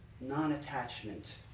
non-attachment